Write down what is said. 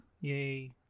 Yay